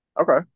Okay